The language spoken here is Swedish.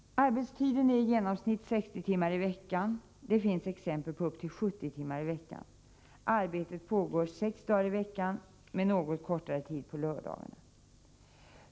Arbetstiden är i genomsnitt 60 timmar i veckan; det finns exempel på upp till 70 timmar i veckan. Arbetet pågår sex dagar i veckan, med något kortare tid på lördagar.